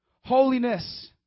Holiness